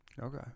okay